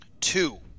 Two